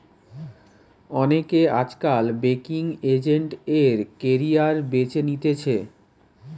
অনেকে আজকাল banking agent এর ক্যারিয়ার বেছে নিতেছে